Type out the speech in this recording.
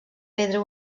pedra